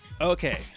Okay